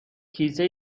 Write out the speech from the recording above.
کیسه